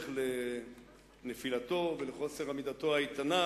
בהמשך לנפילתו ולחוסר עמידתו האיתנה